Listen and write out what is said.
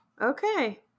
Okay